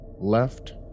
left